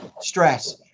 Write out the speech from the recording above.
stress